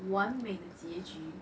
完美的结局